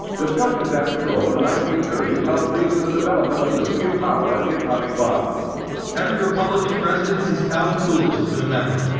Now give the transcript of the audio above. discussions at the grove in the nineteen thirty s helped lead. to the development of nuclear power and the atomic but um every republican president since calvin coolidge has been a member,